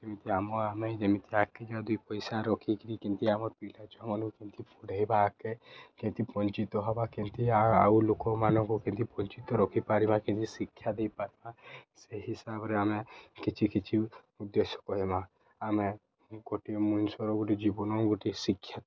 ଯେମିତି ଆମ ଆମେ ଯେମିତି ଆଗ୍କେ କେମିତି ଦୁଇ ପଇସା ରଖିକିରି କେମିତି ଆମ ପିଲା ଛୁଆମାନ୍କୁ କେମିତି ପଢ଼େଇବା ଆଗ୍କେ କେମିତି ବଞ୍ଚିତ ହେବା କେନ୍ତି ଆଉ ଆଉ ଲୋକମାନ୍କୁ କେନ୍ତି ବଞ୍ଚିତ ରଖିପାରିବା କେମିତି ଶିକ୍ଷା ଦେଇପାରିବା ସେହି ହିସାବରେ ଆମେ କିଛି କିଛି ଉଦ୍ଦେଶ୍ୟ କହେମା ଆମେ ଗୋଟିଏ ମଣିଷର ଗୋଟେ ଜୀବନ ଗୋଟିଏ ଶିକ୍ଷା